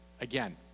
again